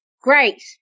Great